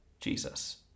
Jesus